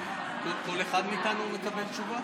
כל אחד מאיתנו מקבל תשובה?